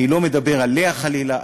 אני לא מדבר עליה חלילה,